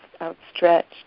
outstretched